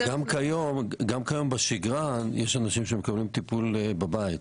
גם כיום בשגרה יש אנשים שמקבלים טיפול בבית.